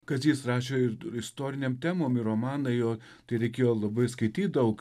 kazys rašė istorinėm temom ir romanai jo tai reikėjo labai skaityt daug